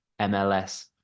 MLS